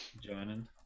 joining